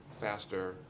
faster